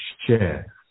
share